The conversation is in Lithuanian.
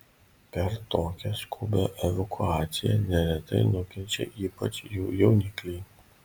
per tokią skubią evakuaciją neretai nukenčia ypač jų jaunikliai